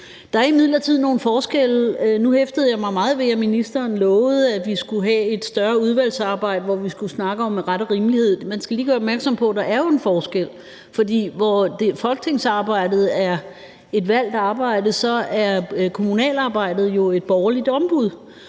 Der er imidlertid nogle forskelle. Nu hæftede jeg mig meget ved, at ministeren lovede, at vi skulle have et større udvalgsarbejde, hvor vi skulle snakke om ret og rimelighed. Men jeg skal lige gøre opmærksom på, at der jo er en forskel, for hvor folketingsarbejdet er et valgt arbejde, så er kommunalarbejdet et borgerligt ombud,